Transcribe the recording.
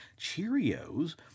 Cheerios